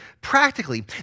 practically